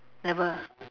never